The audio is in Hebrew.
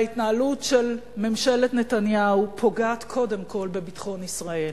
וההתנהלות של ממשלת נתניהו פוגעת קודם כול בביטחון ישראל.